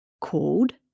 called